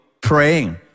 praying